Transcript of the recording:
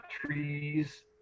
trees